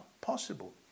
possible